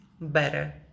better